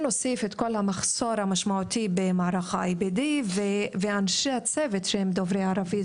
נוסיף את כל המחסור המשמעותי במערך ה-IBD ואנשי צוות דוברי ערבית,